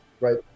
right